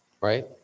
Right